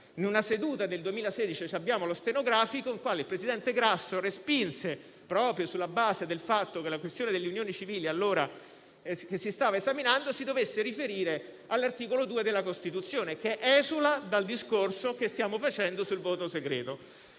in una seduta del 2016, di cui abbiamo lo stenografico, nel quale il presidente Grasso respinse la richiesta, proprio sulla base del fatto che la questione delle unioni civili, che allora si stava esaminando, si dovesse riferire all'articolo 2 della Costituzione, che esula dal discorso che stiamo facendo sul voto segreto.